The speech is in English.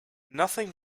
nothing